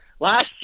Last